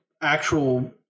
actual